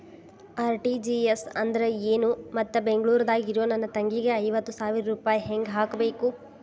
RTGS ಅಂದ್ರ ಏನು ಮತ್ತ ಬೆಂಗಳೂರದಾಗ್ ಇರೋ ನನ್ನ ತಂಗಿಗೆ ಐವತ್ತು ಸಾವಿರ ರೂಪಾಯಿ ಹೆಂಗ್ ಹಾಕಬೇಕು?